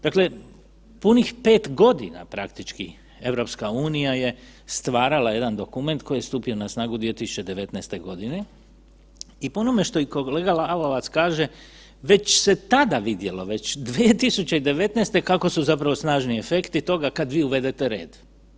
Dakle, punih 5 godina, praktički, EU je stvarala jedan dokument koji je stupio na snagu 2019. g. i po onome, što i kolega Lalovac kaže, već se tada vidjelo, već 2019. kako su zapravo snažni efekti toga kad vi uvedete red.